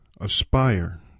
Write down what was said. aspire